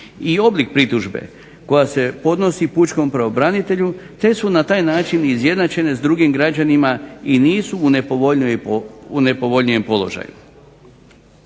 i oblik pritužbe koja se podnosi pučkom pravobranitelju te su na taj način izjednačene s drugim građanima i nisu u nepovoljnijem položaju.